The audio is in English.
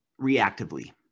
reactively